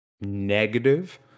negative